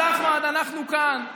אז אחמד, אנחנו כאן.